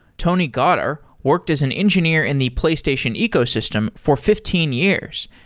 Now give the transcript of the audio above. tony godar worked as an engineer in the playstation ecosystem for fifteen years,